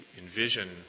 envision